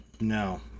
No